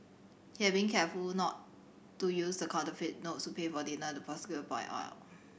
he had been careful not to use the counterfeit notes to pay for dinner the prosecutor out